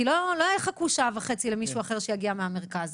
לא יחכו שעה וחצי למישהו אחר שיגיע מהמרכז.